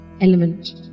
element